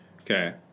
Okay